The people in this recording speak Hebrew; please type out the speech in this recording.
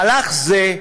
מהלך זה,